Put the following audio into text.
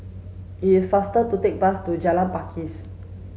it is faster to take bus to Jalan Pakis